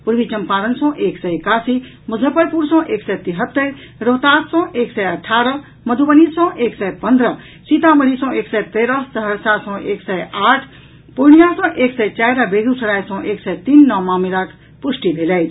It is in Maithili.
पूर्वी चंपारण सॅ एक सय एकासी मुजफ्फरपुर सॅ एक सय तिहत्तरि रोहतास सॅ एक सय अठारह मधुबनी सॅ एक सय पंद्रह सीतामढ़ी सॅ एक सय तेरह सहरसा सॅ एक सय आठ पूर्णिया सॅ एक सय चारि आ बेगूसराय सॅ एक सय तीन नव मामिलाक पुष्टि भेल अछि